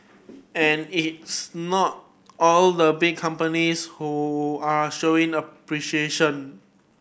and it's not all the big companies who are showing appreciation